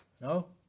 No